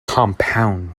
compound